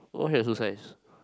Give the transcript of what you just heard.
what's your shoe size